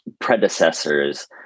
predecessors